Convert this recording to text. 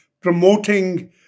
promoting